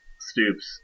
Stoops